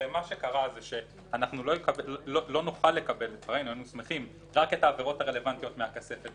אנחנו לא נוכל לקבל רק את העבירות הרלוונטיות מהכספת.